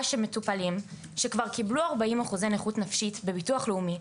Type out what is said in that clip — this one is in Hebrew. שמטופלים שכבר קיבלו 40% נכות נפשית בביטוח לאומי,